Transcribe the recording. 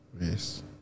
Yes